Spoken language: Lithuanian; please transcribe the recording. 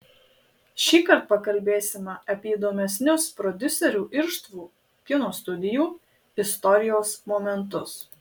šįkart pakalbėsime apie įdomesnius prodiuserių irštvų kino studijų istorijos momentus